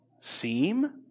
Seem